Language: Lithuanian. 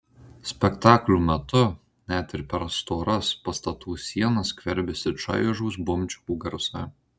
spektaklių metu net ir per storas pastatų sienas skverbiasi čaižūs bumčikų garsai